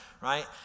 right